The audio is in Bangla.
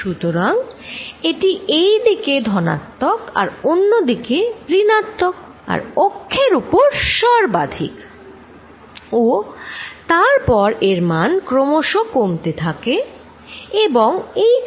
সুতরাং এটি এই দিকে ধনাত্মক আর অন্যদিকে ঋণাত্মক আর অক্ষের উপর সর্বাধিক ও তারপর এর মান ক্রমশ কমতে থাকে এবং এইখানে 0 হয়